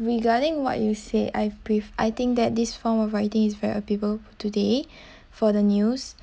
regarding what you say I pref~ I think that this form of varieties where people today for the news